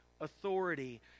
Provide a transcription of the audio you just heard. authority